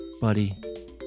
buddy